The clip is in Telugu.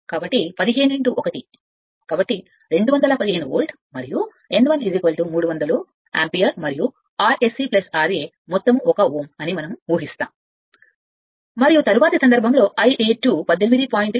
కాబట్టి 15 1 కాబట్టి 215 వోల్ట్ మరియు ∅1 300 యాంపియర్ మరియు Rse ra మొత్తం 1 Ω అని మనం ఊహిస్తాం మరియు తరువాతి సందర్భంలో ∅2 18